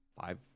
five